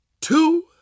two